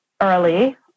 early